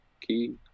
Key